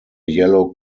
yellow